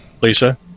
Lisa